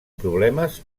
problemes